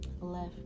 left